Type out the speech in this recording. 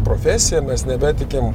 profesija mes nebetikim